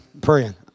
praying